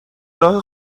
راه